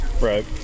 right